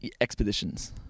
expeditions